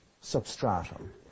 substratum